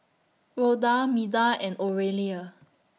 Rhoda Meda and Oralia